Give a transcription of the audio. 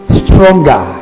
stronger